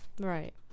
Right